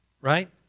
right